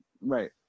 Right